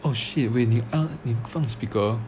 oh shit wait 你 你放 speaker